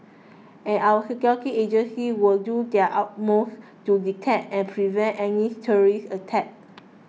and our security agencies will do their utmost to detect and prevent any terrorist attacks